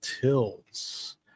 Tills